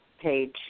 page